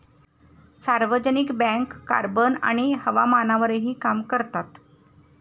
सार्वजनिक bank carbon आणि हवामानावरही काम करतात